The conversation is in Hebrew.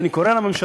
ואני קורא לממשלה